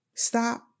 Stop